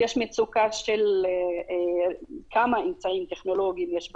יש מצוקה של כמה אמצעים טכנולוגיים יש בבית.